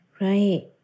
Right